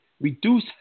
reduce